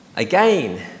Again